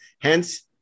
hence